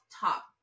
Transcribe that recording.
top